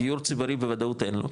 דיור ציבורי בוודאות אין לו,